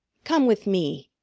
come with me,